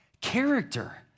character